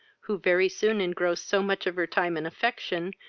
who very soon engrossed so much of her time and affection,